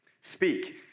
speak